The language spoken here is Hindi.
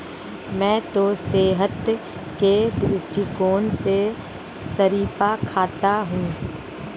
मैं तो सेहत के दृष्टिकोण से शरीफा खाता हूं